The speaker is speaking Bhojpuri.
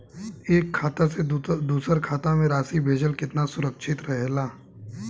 एक खाता से दूसर खाता में राशि भेजल केतना सुरक्षित रहेला?